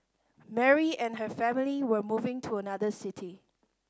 Mary and her family were moving to another city